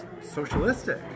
socialistic